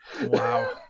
wow